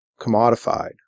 commodified